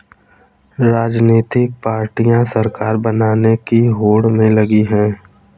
राजनीतिक पार्टियां सरकार बनाने की होड़ में लगी हैं